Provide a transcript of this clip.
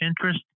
interest